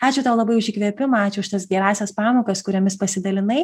ačiū tau labai už įkvėpimą ačiū už tas gerąsias pamokas kuriomis pasidalinai